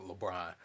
Lebron